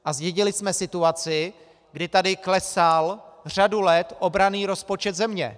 A zdědili jsme situaci, kdy tady klesal řadu let obranný rozpočet země.